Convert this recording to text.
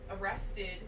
arrested